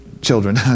Children